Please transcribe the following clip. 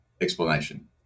explanation